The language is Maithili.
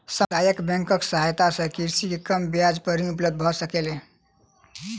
समुदाय बैंकक सहायता सॅ कृषक के कम ब्याज पर ऋण उपलब्ध भ सकलै